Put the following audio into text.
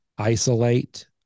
isolate